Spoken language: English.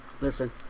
Listen